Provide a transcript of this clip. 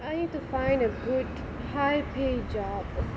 I need to find a good high pay job